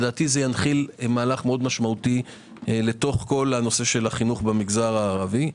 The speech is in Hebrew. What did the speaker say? לדעתי זה ינחיל מהלך מאוד משמעותי לתוך כל הנושא של החינוך במגזר הערבי.